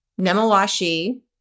Nemawashi